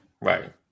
right